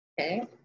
Okay